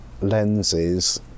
lenses